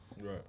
Right